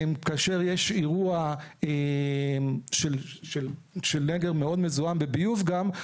כאשר יש אירוע של נגר מאוד מזוהם בביוב גם,